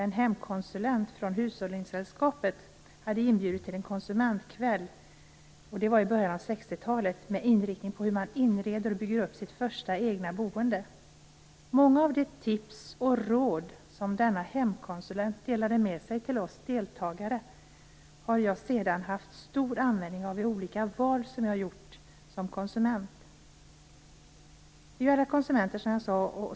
En hemkonsulent från hushållningssällskapet hade inbjudit till en konsumentkväll. Det var i början av 60-talet. Inriktningen var hur man skulle inreda och bygga upp sitt första egna boende. Många av de tips och råd som denna hemkonsulent delade med sig till oss deltagare har jag sedan haft stor användning av vid olika val som jag som konsument gjort. Vi är alla, som sagt, konsumenter.